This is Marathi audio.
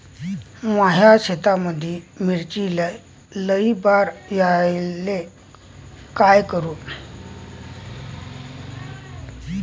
माया शेतामंदी मिर्चीले लई बार यायले का करू?